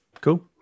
cool